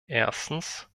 erstens